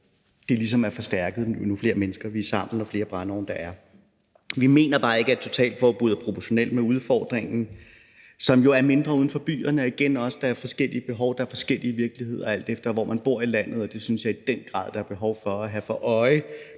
er forstærket – jo flere mennesker vi bor sammen, og jo flere brændeovne der er. Vi mener bare ikke, at et totalforbud er proportionelt med udfordringen, som jo er mindre uden for byerne. Og igen: Der er jo forskellige behov, og der er forskellige virkeligheder, alt efter hvor man bor i landet. Og det synes jeg i den grad der er behov for at have for øje,